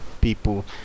people